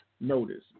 notice